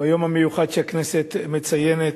ביום המיוחד שהכנסת מציינת,